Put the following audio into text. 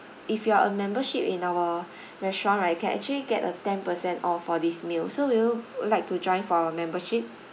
if you are a membership in our restaurant right can actually get a ten percent off for this meal so will you like to join for our membership